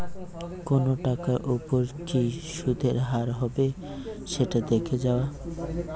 কোনো টাকার ওপর কি সুধের হার হবে সেটা দেখে যাওয়া